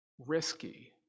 risky